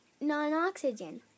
Non-Oxygen